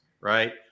right